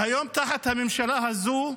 והיום, תחת הממשלה הזאת,